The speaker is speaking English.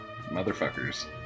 motherfuckers